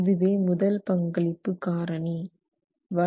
இதுவே முதல் பங்களிப்பு காரணி ஆகும்